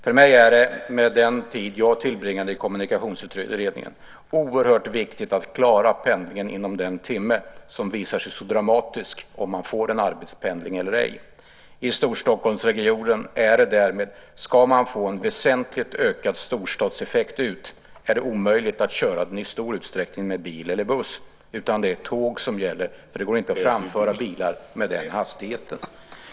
För mig är det, med den tid jag tillbringade i Kommunikationsutredningen, oerhört viktigt att klara pendlingen inom den timme som visar sig så dramatisk för om man får en arbetspendling eller ej. I Storstockholmsregionen gäller alltså följande: Ska man få ut en väsentligt ökad storstadseffekt är det omöjligt att i stor utsträckning använda bil eller buss, utan det är tåg som gäller, för det går inte att framföra bilar med den hastigheten.